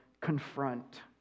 confront